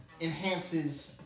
enhances